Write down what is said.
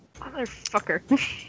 Motherfucker